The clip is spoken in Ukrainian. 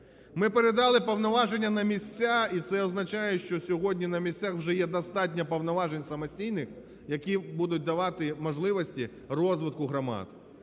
Ми передали повноваження на місця, і це означає, що сьогодні на місцях вже достатньо повноважень самостійних, які будуть давати можливості розвитку громад.